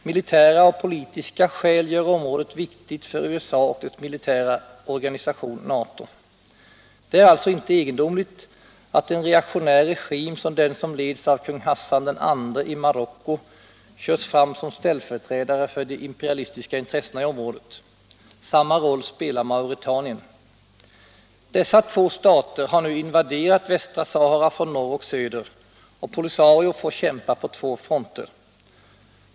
Militära och politiska skäl gör området viktigt för USA och dess militära organisation NATO. Det är alltså inte egendomligt att en reaktionär regim som den som leds av kung Hassan II i Marocko körs fram som ställföreträdare för de imperialistiska intressena i området. Samma roll spelar Mauretanien. Dessa två stater har nu invaderat Västra Sahara från norr och söder, och POLISARIO får kämpa på två fronter.